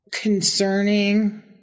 concerning